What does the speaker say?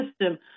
system